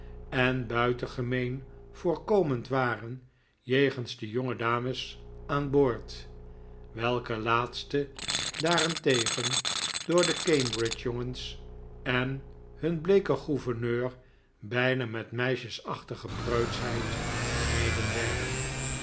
en buitengemeen voorkomend waren jegens de jonge dames aan boord welke laatste daarentegen door de cambridge jongens en hun bleeken gouverneur bijna met meisjesachtige preutschheid vermeden werden